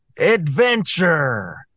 adventure